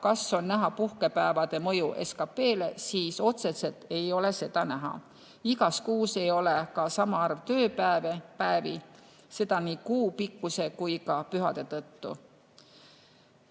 kas on näha puhkepäevade mõju SKP-le, siis otseselt ei ole seda näha. Ka igas kuus ei ole sama arv tööpäevi, seda nii kuu pikkuse kui ka pühade tõttu.